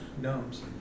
gnomes